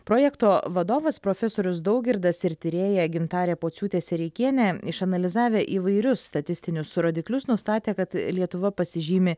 projekto vadovas profesorius daugirdas ir tyrėja gintarė pociūtė sereikienė išanalizavę įvairius statistinius rodiklius nustatė kad lietuva pasižymi